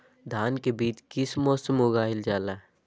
धान के बीज किस मौसम में उगाईल जाला?